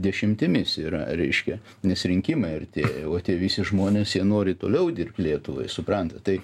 dešimtimis yra reiškia nes rinkimai artėja o tie visi žmonės jie nori toliau dirbt lietuvai suprantat tai